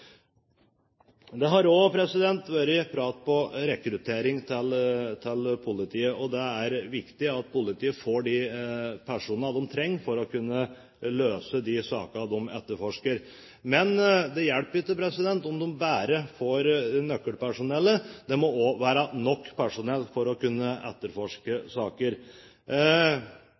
Det har også vært snakk om rekruttering til politiet. Det er viktig at politiet får de personene de trenger for å kunne løse de sakene de etterforsker. Men det hjelper jo ikke om de bare får nøkkelpersonellet, det må også være nok personell for å kunne etterforske saker.